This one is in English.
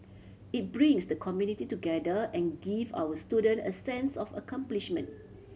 it brings the community together and give our student a sense of accomplishment